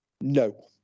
No